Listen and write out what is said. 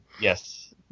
Yes